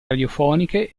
radiofoniche